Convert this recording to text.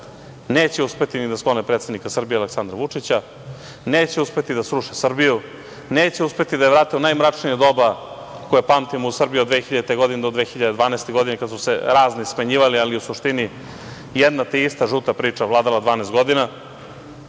Neće uspeti ni da sklone predsednika Srbije, Aleksandra Vučića, neće uspeti da sruše Srbiju, neće uspeti da je vrate u najmračnije doba koje pamtimo u Srbiji od 2000. godine do 2012. godine kada su se razni smenjivali, ali u suštini jedna te ista žuta priča je vladala 12 godina. Neće